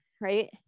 right